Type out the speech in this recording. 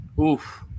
Oof